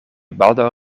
baldaŭ